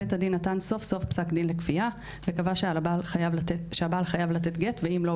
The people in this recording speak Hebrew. בית הדין קבע סוף סוף פסק דין לקביעה וקבע שהבעל חייב לתת גט ואם לא,